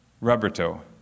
Roberto